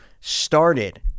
started